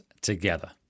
together